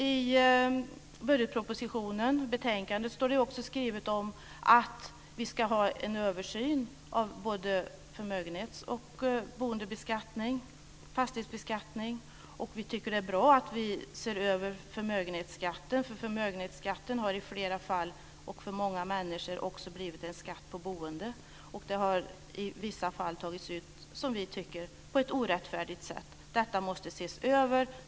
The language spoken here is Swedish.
Vi har vidare i betänkandet över budgetpropositionen framhållit att det ska göras en översyn av både förmögenhetsbeskattningen och fastighetsbeskattningen. Vi tycker att det är bra att förmögenhetsskatten ses över. Den har i flera fall för många människor blivit en skatt också på boende, vilken enligt vår mening har tagits ut på ett orättfärdigt sätt. Detta måste ses över.